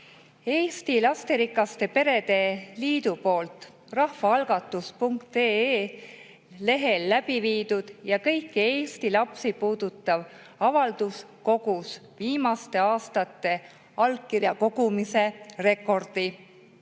Eesti Lasterikaste Perede Liidu poolt rahvaalgatus.ee lehel läbi viidud ja kõiki Eesti lapsi puudutav avaldus kogus viimaste aastate allkirjakogumise rekordi.